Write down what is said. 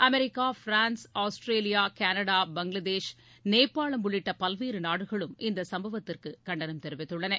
America France Australia Canada Bangladesh நேபாளம் உள்ளிட்ட பல்வேறு நாடுகளும் இந்த சம்பவத்திற்கு கண்டனம் தெரிவித்துள்ளன